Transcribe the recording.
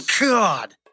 God